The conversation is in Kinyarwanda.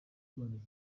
rwanda